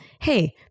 hey